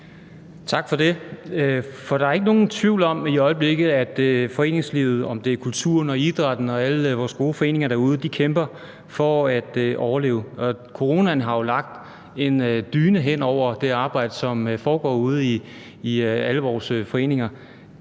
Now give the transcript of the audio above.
Tak for det. Der er ikke nogen tvivl om, at foreningslivet i øjeblikket, om det er kulturen eller idrætten eller alle vores gode foreninger derude, kæmper for at overleve, og coronaen har jo lagt en dyne hen over det arbejde, som foregår ude i alle vores foreninger